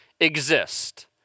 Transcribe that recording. exist